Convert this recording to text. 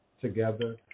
together